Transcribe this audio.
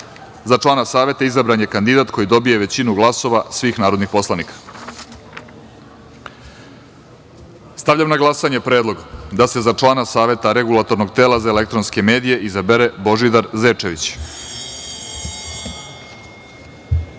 člana Saveta, izabran je kandidat koji dobije većinu glasova svih narodnih poslanika. Stavljam na glasanje – Predlog da se za člana Saveta Regulatornog tela za elektronske medije izabere Božidar